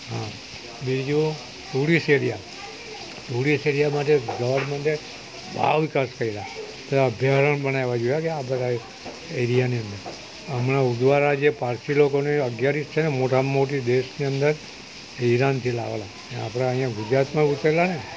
હ બીજું tourist area tourist area માટે ગવર્નમેન્ટે બહુ વિકાસ કર્યા ત્યાં અભ્યારણ બનાવ્યા જોયા છે આ બધાં એરિયાની અંદર હમણાં ઉદવાડા જે પારસી લોકોને અગિયારી છે ને મોટામાં મોટી દેશની અંદર ઈરાનથી લાવેલાને અહીં આપણા ગુજરાતમાં ગોતેલા